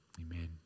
amen